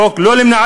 חוק לא לשקיפות,